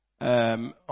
on